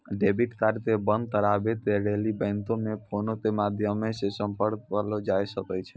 debit card के बंद कराबै के लेली बैंको मे फोनो के माध्यमो से संपर्क करलो जाय सकै छै